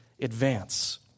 advance